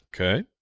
Okay